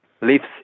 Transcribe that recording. lives